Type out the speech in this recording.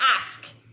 ask